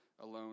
alone